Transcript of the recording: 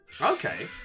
Okay